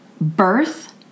birth